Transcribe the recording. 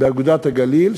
ב"אגודת הגליל",